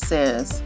Says